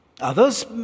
Others